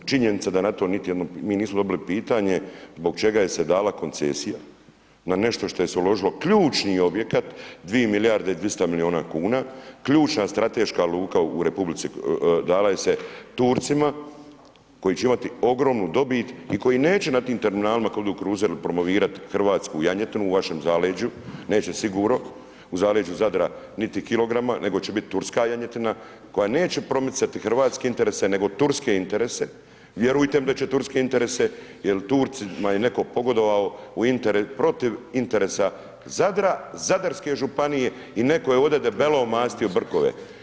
Činjenica je da na to niti jedno, mi nismo dobili pitanje, zbog čega je se dala koncesija, na nešto što je se uložilo ključni objekat, 2 milijarde 200 milijuna kuna, ključna strateška luka u Republici, dala je se Turcima, koji će imati ogromnu dobit i koji neće na tim terminalima … kruzeru promovirati hrvatsku janjetinu u vašem zaleđu, neće sigurno, u zaleđu Zadra niti kilograma, nego će biti turska janjetina, koja neće promicati hrvatske interese, nego turske interese, vjerujte mi da će turske interese, jer Turcima je netko pogodovao protiv interesa Zadra, Zadarske županije i netko je ovdje debelo omastio brkove.